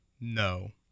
No